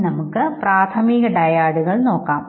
ഇനി നമുക്ക് മറ്റ് പ്രാഥമിക ഡയാഡുകൾ നോക്കാം